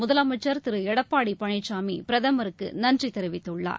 முதலமைச்சர் திரு எடப்பாடி பழனிசாமி பிரதமருக்கு நன்றி தெரிவித்துள்ளார்